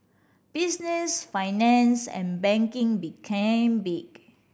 business finance and banking became big